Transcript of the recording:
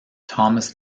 thomas